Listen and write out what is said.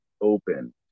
open